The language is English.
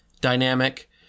dynamic